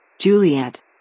Juliet